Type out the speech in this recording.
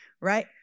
right